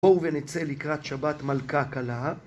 בואו ונצא לקראת שבת מלכה קלה